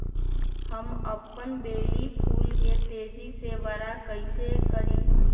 हम अपन बेली फुल के तेज़ी से बरा कईसे करी?